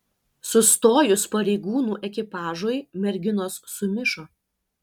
sustojus pareigūnų ekipažui merginos sumišo